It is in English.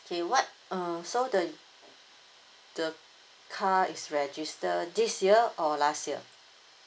K what uh so the the car is register this year or last year